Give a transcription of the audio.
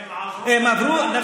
הם עברו את המבחן הממשלתי בארץ.